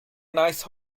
nice